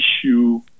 issue